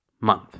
month